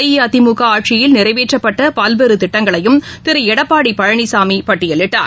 அஇஅதிமுகஆட்சியில் நிறைவேற்றப்பட்டபல்வேறுதிட்டங்களையும் திருஎடப்பாடிபழனிசாமிபட்டியிலிட்டார்